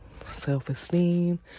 self-esteem